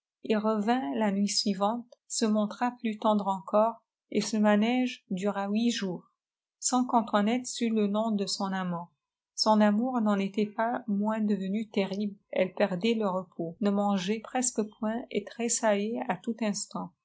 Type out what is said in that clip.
il revint la nuit suivante se montra plus tendre encore et ce manège dura huit jours sans qu'antoinette sût le nom de son amant son amour n'en était pas moins devenu terrible elle perdait le repos ne mangeait presque point et tressaillait à tout instant